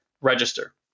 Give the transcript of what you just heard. register